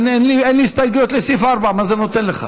אין לי הסתייגויות לסעיף 4. מה זה נותן לך?